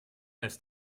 ist